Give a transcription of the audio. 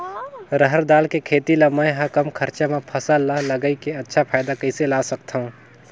रहर दाल के खेती ला मै ह कम खरचा मा फसल ला लगई के अच्छा फायदा कइसे ला सकथव?